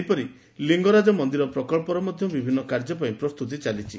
ସେହିପରି ଲିଙ୍ଗରାଜ ମନ୍ଦିର ପ୍ରକବ୍ବର ମଧ ବିଭିନୁ କାର୍ଯ୍ୟ ପାଇଁ ପ୍ରସ୍ତୁତି ଚାଲିଛି